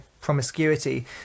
promiscuity